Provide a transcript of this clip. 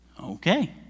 Okay